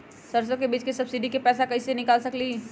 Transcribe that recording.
सरसों बीज के सब्सिडी के पैसा कईसे निकाल सकीले?